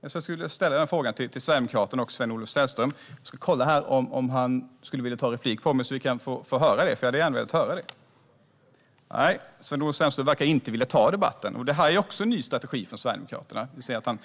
Jag vill gärna att Sven-Olof Sällström begär replik, eftersom jag skulle vilja få svar på det. Sven-Olof Sällström verkar dock inte vilja ta den debatten. Han sitter i sin stol